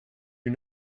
you